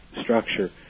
structure